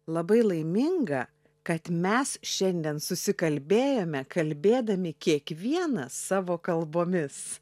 labai laiminga kad mes šiandien susikalbėjome kalbėdami kiekvienas savo kalbomis